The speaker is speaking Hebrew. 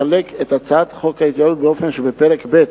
לחלק את הצעת חוק ההתייעלות באופן שפרק ב'